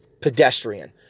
Pedestrian